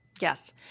Yes